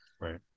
Right